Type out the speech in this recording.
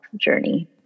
journey